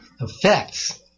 effects